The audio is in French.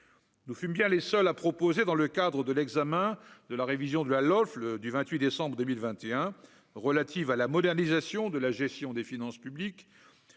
nous fûmes bien les seuls à proposer dans le cadre de l'examen de la révision de la LOLF le du 28 décembre 2021 relative à la modernisation de la gestion des finances publiques,